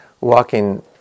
walking